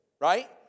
right